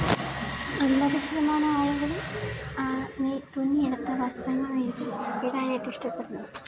എൺപത് ശതമാനം ആളുകളും നെയ് തുന്നി എടുത്ത് വസ്ത്രങ്ങളായിരിക്കും ഇടാനായിട്ട് ഇഷ്ടപ്പെടുന്നത്